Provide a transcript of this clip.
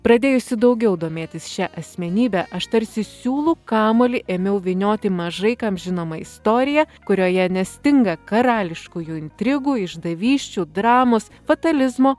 pradėjusi daugiau domėtis šia asmenybe aš tarsi siūlų kamuolį ėmiau vynioti mažai kam žinomą istoriją kurioje nestinga karališkųjų intrigų išdavysčių dramos fatalizmo